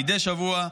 מדי שבוע.